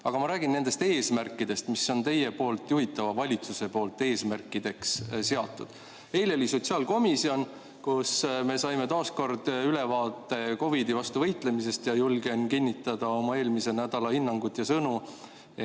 Aga ma räägin nendest eesmärkidest, mis teie juhitav valitsus on eesmärkideks seadnud. Eile oli sotsiaalkomisjoni istung, kus me saime taas kord ülevaate COVID-i vastu võitlemisest. Ja ma julgen kinnitada oma eelmise nädala hinnangut ja sõnu,